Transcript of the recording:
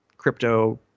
Crypto